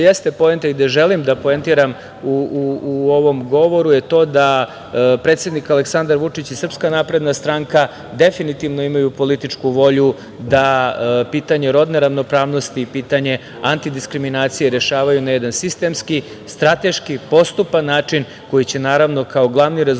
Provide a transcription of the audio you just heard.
što jeste poenta i gde želim da poentiram u ovom govoru je to da predsednik Aleksandar Vučić i SNS imaju političku volju da pitanje rodne ravnopravnosti i pitanje antidiskriminacije rešavaju na jedan sistemski, strateški, postupan način koji će kao glavni rezultat